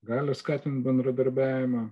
gali skatint bendradarbiavimą